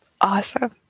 awesome